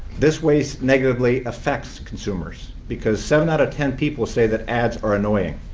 this waste negatively affects consumers because seven out of ten people say that ads are annoying.